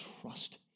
trust